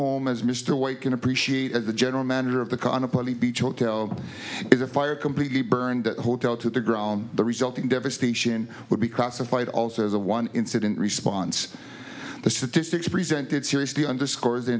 home as mr white can appreciate and the general manager of the qana police is the fire completely burned hotel to the ground the resulting devastation would be classified also as a one incident response the statistics presented seriously underscores the